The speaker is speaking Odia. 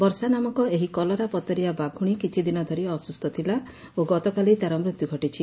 ବର୍ଷା ନାମକ ଏହି କଲରାପତରିଆ ବାଘୁଶୀ କିଛି ଦିନ ଧରି ଅସୁସ୍ଥ ଥିଲା ଓ ଗତକାଲି ତା'ର ମୃତ୍ୟୁ ଘଟିଛି